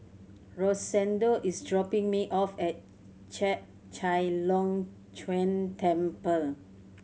Rosendo is dropping me off at Chek Chai Long Chuen Temple